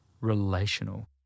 relational